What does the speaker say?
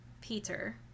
Peter